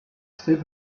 still